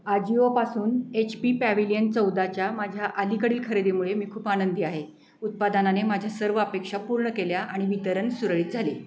आजिओपासून H P pavilion चौदाच्या माझ्या अलीकडील खरेदीमुळे मी खूप आनंदी आहे उत्पादनाने माझ्या सर्व अपेक्षा पूर्ण केल्या आणि वितरण सुरळीत झाली आहे